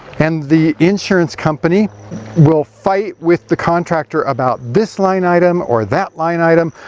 and the insurance company will fight with the contractor about this line item, or that line item,